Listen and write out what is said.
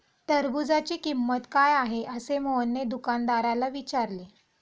टरबूजाची किंमत काय आहे असे मोहनने दुकानदाराला विचारले?